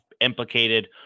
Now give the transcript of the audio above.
implicated